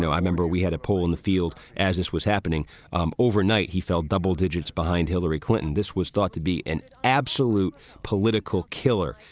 i remember we had a poll in the field as this was happening um overnight. he felt double digits behind hillary clinton. this was thought to be an absolute political killer.